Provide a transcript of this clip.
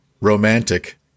romantic